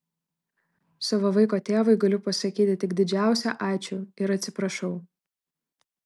savo vaiko tėvui galiu pasakyti tik didžiausią ačiū ir atsiprašau